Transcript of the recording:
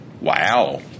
Wow